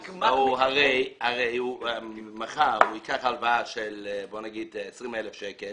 הרי מחר הוא ייקח הלוואה בגובה של 20,000 שקלים